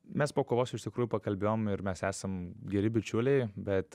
mes po kovos iš tikrųjų pakalbėjom ir mes esam geri bičiuliai bet